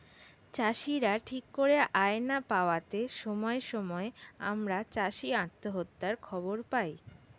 চাষীরা ঠিক করে আয় না পাওয়াতে সময়ে সময়ে আমরা চাষী আত্মহত্যার খবর পাই